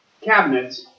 cabinet